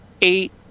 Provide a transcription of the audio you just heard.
Eight